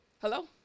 Hello